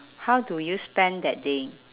how do you spend that day